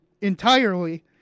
entirely